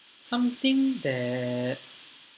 something that